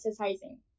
exercising